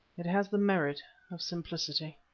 it has the merit of simplicity.